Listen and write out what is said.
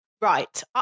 right